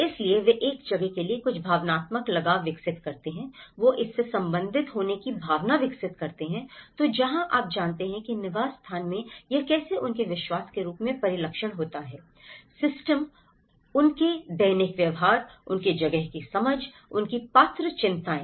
इसलिए वे एक जगह के लिए कुछ भावनात्मक लगाव विकसित करते हैं वे इससे संबंधित होने की भावना विकसित करते हैं तो जहां आप जानते हैं निवास स्थान में यह कैसे उनके विश्वास के रूप में परिलक्षित होता है सिस्टम उनके दैनिक व्यवहार उनकी जगह की समझ उनकी पात्र चिंताएँ